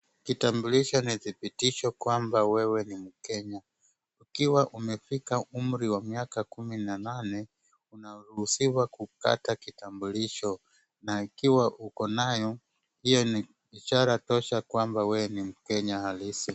Kitambulisho ni dhibitisho kwamba wewe ni MKenya. Ukiwa umefika umri wa miaka kumi na nane, unaruhusiwa kupata kitambulisho na ikiwa uko nayo, hio ni ishara tosha kwamba wewe ni MKenya halisi.